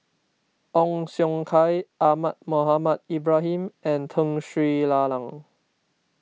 Ong Siong Kai Ahmad Mohamed Ibrahim and Tun Sri Lanang